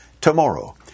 Tomorrow